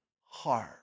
heart